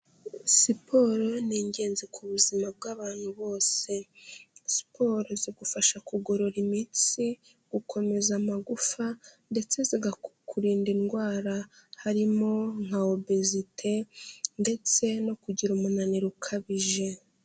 Siporo ni ingenzi ku buzima bw'abantu bose, siporo zigufasha kugorora imitsi, gukomeza amagufa, ndetse zikakurinda indwara, harimo nka obezite, ndetse no kugira umunaniro ukabije.